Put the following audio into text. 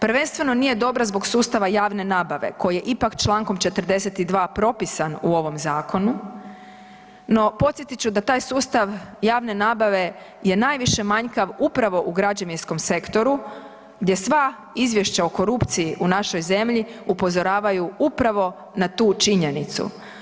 Prvenstveno nije dobra zbog sustava javne nabave koji je ipak čl. 42. propisan u ovom zakonu, no podsjetit ću da taj sustav javne nabave je najviše manjkav upravo u građevinskom sektoru gdje sva izvješća o korupciji u našoj zemlji upozoravaju upravo na tu činjenicu.